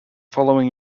following